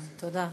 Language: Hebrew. תודה.